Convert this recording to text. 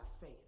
faith